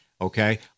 okay